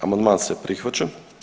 Amandman se prihvaća.